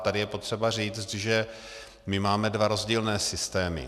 A tady je potřeba říct, že my máme dva rozdílné systémy.